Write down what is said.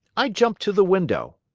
i jumped to the window.